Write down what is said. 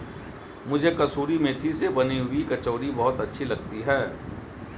मुझे कसूरी मेथी से बनी हुई कचौड़ी बहुत अच्छी लगती है